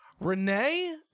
Renee